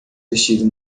vestido